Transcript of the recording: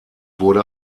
wurde